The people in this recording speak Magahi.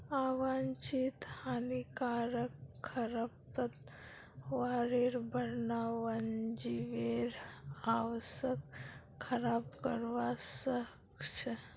आवांछित हानिकारक खरपतवारेर बढ़ना वन्यजीवेर आवासक खराब करवा सख छ